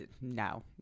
no